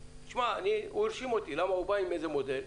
זה הרשים אותי שהוא בא עם מודל.